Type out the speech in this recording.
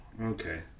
Okay